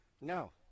No